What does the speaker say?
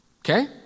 Okay